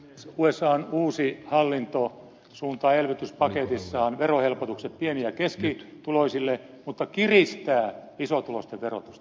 usan uusi hallinto suuntaa elvytyspaketissaan verohelpotukset pieni ja keskituloisille mutta kiristää isotuloisten verotusta